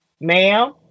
Ma'am